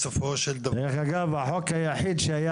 בסופו של דבר --- דרך אגב החוק היחיד שהיה